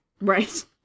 right